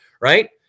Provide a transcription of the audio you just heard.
Right